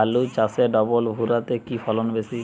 আলু চাষে ডবল ভুরা তে কি ফলন বেশি?